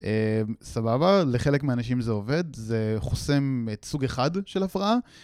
סבבה, לחלק מהאנשים זה עובד, זה חוסם את סוג אחד של הפרעה.